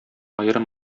аерым